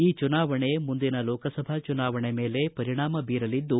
ಈ ಚುನಾವಣೆ ಮುಂದಿನ ಲೋಕಸಭಾ ಚುನಾವಣೆ ಮೇಲೆ ಪರಿಣಾಮ ಬೀರಲಿದ್ದು